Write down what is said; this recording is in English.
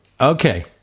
okay